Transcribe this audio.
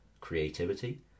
creativity